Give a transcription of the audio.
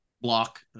block